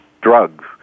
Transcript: drugs